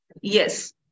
Yes